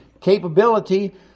capability